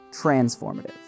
transformative